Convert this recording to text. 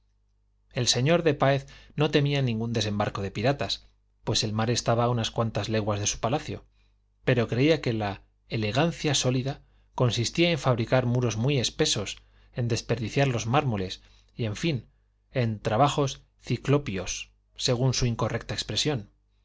el señor de páez no temía ningún desembarco de piratas pues el mar estaba a unas cuantas leguas de su palacio pero creía que la elegancia sólida consistía en fabricar muros muy espesos en desperdiciar los mármoles y en fin en trabajos ciclopios según su incorrecta expresión